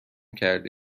کرده